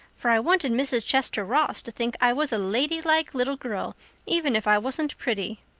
for i wanted mrs. chester ross to think i was a ladylike little girl even if i wasn't pretty.